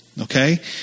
Okay